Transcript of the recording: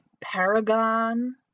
Paragon